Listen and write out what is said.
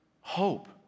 hope